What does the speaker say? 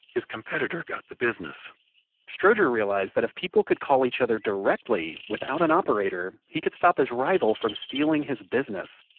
his competitor got the business strowger realized that if people could call each other directly, without an operator, he could stop his rival from stealing his business.